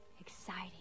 Exciting